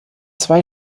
zwei